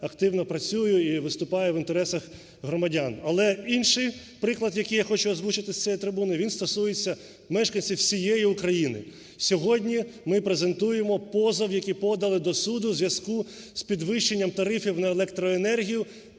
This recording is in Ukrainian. активно працюю і виступаю в інтересах громадян. Але інший приклад, який я хочу озвучити з цієї трибуни, він стосується мешканців всієї України. Сьогодні ми презентуємо позов, який подали до суду у зв'язку з підвищенням тарифів на електроенергію,